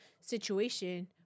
situation